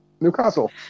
Newcastle